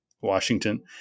Washington